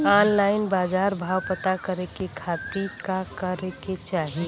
Online बाजार भाव पता करे के खाती का करे के चाही?